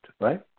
right